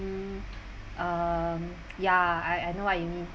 um ya I I know what you mean